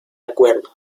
acuerdos